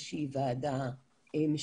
ובכללם בני העדה האתיופית.